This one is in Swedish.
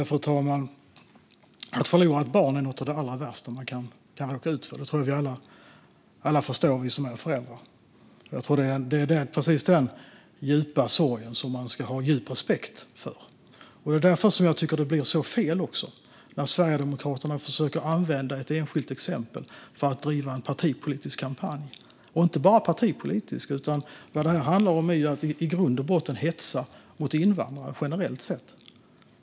Fru talman! Att förlora ett barn är något av det allra värsta som man kan råka ut för. Det tror jag att alla som är föräldrar kan förstå. Det är precis denna djupa sorg som man ska ha stor respekt för. Det är därför som jag tycker att det blir så fel när Sverigedemokraterna försöker använda ett enskilt exempel för att driva en partipolitisk kampanj, och inte bara partipolitisk. Vad detta handlar om är att i grund och botten hetsa mot invandrare generellt sett.